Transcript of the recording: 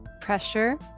pressure